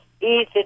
easy